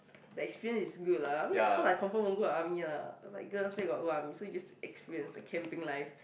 the experience is good lah I mean cause I confirm won't go army lah like girls where got go army so you experience the camping life